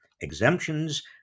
exemptions